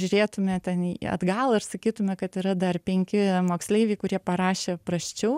žiūrėtume ten į atgal ir sakytume kad yra dar penki moksleiviai kurie parašė prasčiau